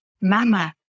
mama